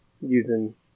using